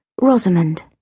Rosamond